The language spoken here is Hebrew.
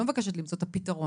אני לא מבקשת למצוא את הפתרון,